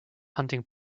hunting